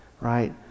right